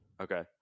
Okay